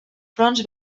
fronts